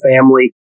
family